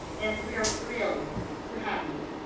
and we are thrilled to have you.